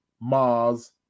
Mars